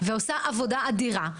ועושה עבודה אדירה,